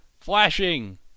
flashing